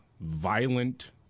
violent